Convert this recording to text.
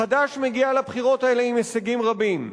חד"ש מגיעה לבחירות האלה עם הישגים רבים,